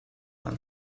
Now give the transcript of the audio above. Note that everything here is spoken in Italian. dal